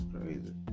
crazy